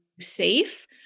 safe